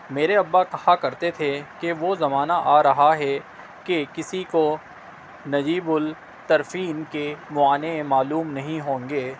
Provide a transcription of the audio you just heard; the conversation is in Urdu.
میرے ابا کہا کرتے تھے کہ وہ زمانہ آ رہا ہے کہ کسی کو نجیب الطرفین کے معنیٰ معلوم نہیں ہوں گے